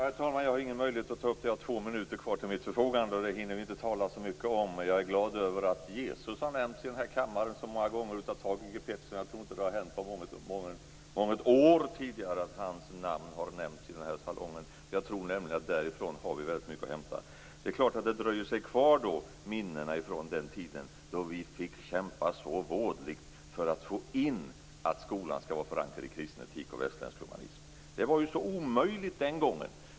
Herr talman! Jag har ingen möjlighet att ta upp allt detta, för jag har två minuter till mitt förfogande. Vi hinner inte tala så mycket om det, men jag är glad över att Jesus har nämnts i denna kammare så många gånger av Thage G Peterson. Jag tror inte att hans namn har nämnts på många år i denna salong. Jag tror nämligen att vi har väldigt mycket att hämta därifrån. Det är klart att minnena från den tid då vi fick kämpa så vådligt för att få fram att skolan skall vara förankrad i kristen etik och västerländsk humanism dröjer sig kvar. Det var så omöjligt den gången.